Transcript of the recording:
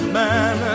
man